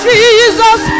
Jesus